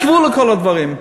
יש גבול לכל הדברים.